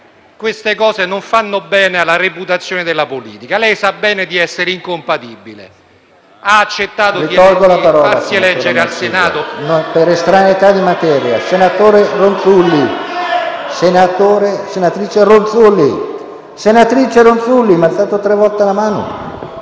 queste cose non fanno bene alla reputazione della politica. Lei sa bene di essere incompatibile. Ha accettato di farsi eleggere al Senato...